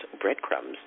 breadcrumbs